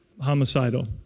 homicidal